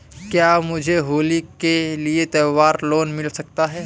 क्या मुझे होली के लिए त्यौहार लोंन मिल सकता है?